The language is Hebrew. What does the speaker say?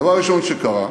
הדבר הראשון שקרה: